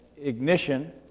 ignition